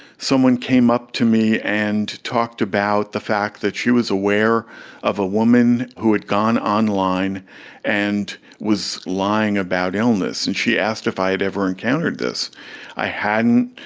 someone came up to me and talked about the fact that she was aware of a woman who had gone online and was lying about illness, and she asked if i had ever encountered this i hadn't.